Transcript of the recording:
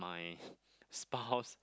my spouse